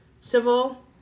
civil